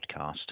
podcast